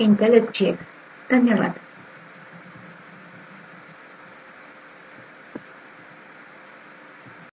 Intel SGX